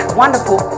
wonderful